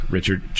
Richard